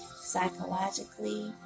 psychologically